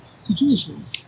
situations